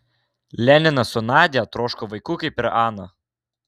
leninas su nadia troško vaikų kaip ir ana